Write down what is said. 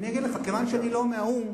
כיוון שאני לא מהאו"ם,